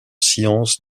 sciences